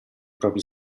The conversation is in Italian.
propri